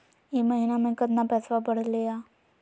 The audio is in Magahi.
ई महीना मे कतना पैसवा बढ़लेया?